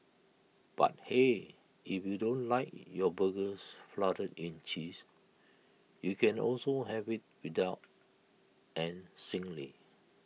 but hey if you don't like your burgers flooded in cheese you can also have IT without and singly